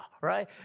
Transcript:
right